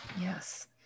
Yes